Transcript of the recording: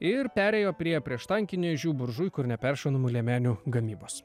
ir perėjo prie prieštankinių ežių buržuikų ir neperšaunamų liemenių gamybos